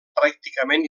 pràcticament